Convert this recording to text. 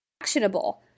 Actionable